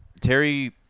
Terry